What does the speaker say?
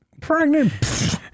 Pregnant